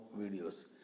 videos